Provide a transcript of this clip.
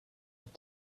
het